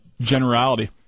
generality